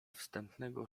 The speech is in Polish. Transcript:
wstępnego